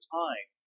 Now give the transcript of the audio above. time